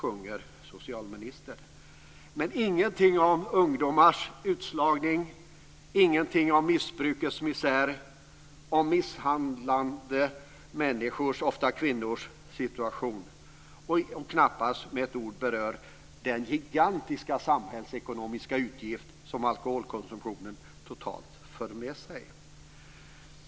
Men han säger ingenting om ungdomars utslagning, ingenting om missbrukets misär och misshandlade människors, ofta kvinnors, situation. Knappast med ett ord berör han den gigantiska samhällsekonomiska utgift som alkoholkonsumtionen totalt för med sig.